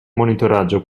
monitoraggio